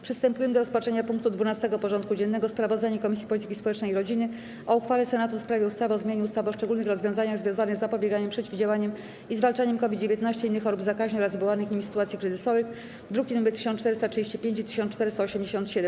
Przystępujemy do rozpatrzenia punktu 12. porządku dziennego: Sprawozdanie Komisji Polityki Społecznej i Rodziny o uchwale Senatu w sprawie ustawy o zmianie ustawy o szczególnych rozwiązaniach związanych z zapobieganiem, przeciwdziałaniem i zwalczaniem COVID-19, innych chorób zakaźnych oraz wywołanych nimi sytuacji kryzysowych (druki nr 1435 i 1487)